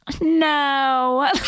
no